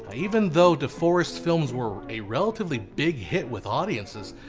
ah even though deforest's films were a relatively big hit with audiences,